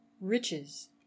riches